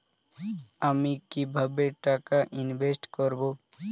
আমি কিভাবে টাকা ইনভেস্ট করব?